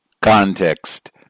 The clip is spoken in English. Context